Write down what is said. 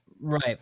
Right